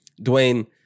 Dwayne